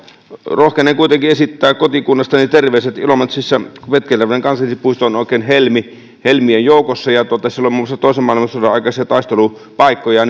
rohkenen kuitenkin esittää kotikunnastani terveiset ilomantsissa petkeljärven kansallispuisto on oikein helmi helmien joukossa se oli muun muassa toisen maailmansodan aikaisia taistelupaikkoja